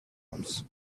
bumps